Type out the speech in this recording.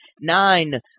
Nine